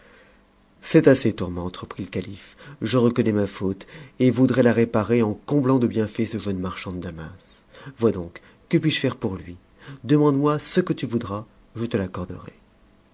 c'est assez tourmente reprit le calife je reconnais ma faute et voudrais la réparer en comblant de bienfaits ce jeune marchand de damas vois donc que puis-je faire pour lui demande-moi ce que tu voudras je te l'accorderai